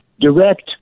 direct